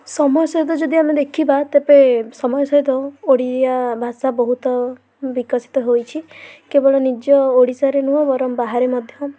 ସମୟ ସହିତ ଯଦି ଆମେ ଦେଖିବା ତେବେ ସମୟ ସହିତ ଓଡ଼ିଆ ଭାଷା ବହୁତ ବିକଶିତ ହୋଇଛି କେବଳ ନିଜ ଓଡ଼ିଶାରେ ନୁହେଁ ବରଂ ବାହାରେ ମଧ୍ୟ